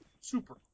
Super